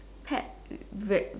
pet